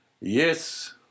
Yes